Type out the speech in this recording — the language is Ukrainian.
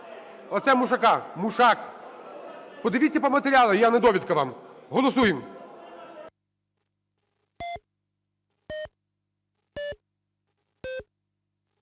Оце Мушака, Мушак. Подивіться по матеріалах, я не довідка вам. Голосуємо.